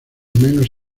menos